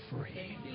free